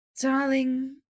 Darling